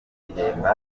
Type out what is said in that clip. ihemba